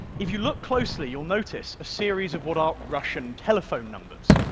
if you look closely, you'll notice a series of what are russian telephone numbers.